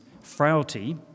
frailty